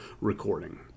recording